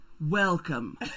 Welcome